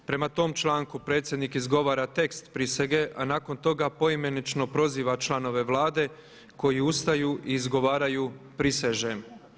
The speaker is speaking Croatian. Prema tom članku predsjednik izgovara tekst prisege, a nakon toga poimenično proziva članove Vlade koji ustaju i izgovaraju „prisežem“